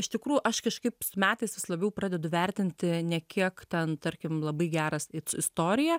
iš tikrųjų aš kažkaip su metais vis labiau pradedu vertinti ne kiek ten tarkim labai geras it su istoriją